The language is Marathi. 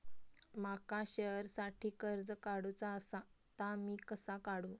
माका शेअरसाठी कर्ज काढूचा असा ता मी कसा काढू?